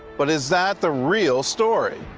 but is that the real story?